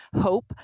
hope